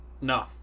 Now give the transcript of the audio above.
no